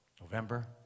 November